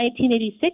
1986